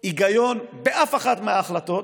היגיון באף אחת מההחלטות,